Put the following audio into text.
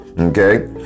Okay